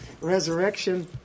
resurrection